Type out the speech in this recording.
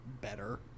better